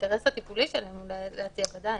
האינטרס הטיפולי שלהם להציע, ודאי.